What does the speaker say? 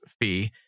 fee